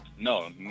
no